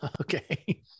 Okay